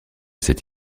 cette